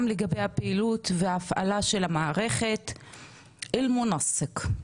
לגבי הפעילות וההפעלה של המערכת אל מונסק.